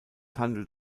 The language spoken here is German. handelt